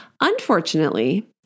Unfortunately